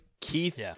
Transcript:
Keith